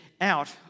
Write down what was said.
out